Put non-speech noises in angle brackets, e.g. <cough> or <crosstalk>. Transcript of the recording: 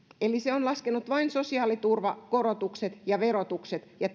eli se on laskenut vain sosiaaliturvakorotukset ja verotukset ja <unintelligible>